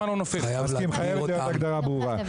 חייבת להיות הגדרה ברורה.